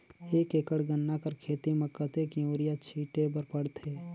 एक एकड़ गन्ना कर खेती म कतेक युरिया छिंटे बर पड़थे?